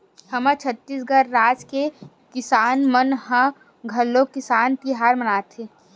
हमर छत्तीसगढ़ राज के किसान मन ह घलोक किसान तिहार मनाथे